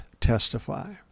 testify